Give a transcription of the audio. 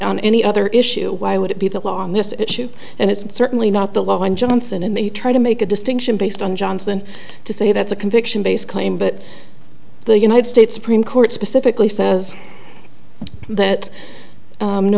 on any other issue why would it be the law on this issue and it's certainly not the law in johnson and they try to make a distinction based on johnson to say that's a conviction based claim but the united states supreme court specifically says that